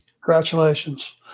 Congratulations